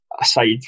aside